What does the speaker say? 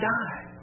die